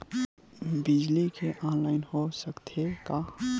बिजली के ऑनलाइन हो सकथे का?